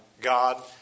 God